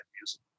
music